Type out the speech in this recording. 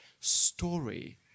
story